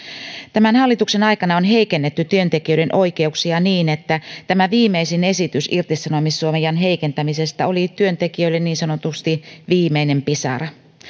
tämän hallituksen aikana on heikennetty työntekijöiden oikeuksia niin että tämä viimeisin esitys irtisanomissuojan heikentämisestä oli työntekijöille niin sanotusti viimeinen pisara